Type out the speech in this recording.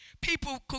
People